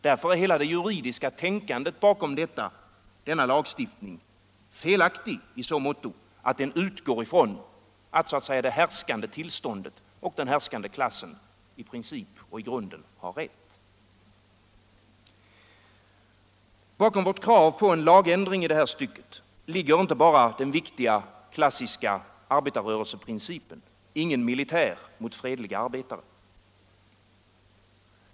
Därför är hela det juridiska tänkandet bakom denna lagstiftning felaktigt i så måtto att det utgår ifrån att det härskande tillståndet och den härskande klassen i princip och i grunden har rätt. Bakom vårt krav på en lagändring i det här stycket ligger inte bara den viktiga klassiska arbetarrörelseprincipen: Ingen militär mot fredliga arbetare.